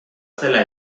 zela